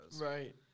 Right